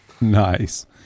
nice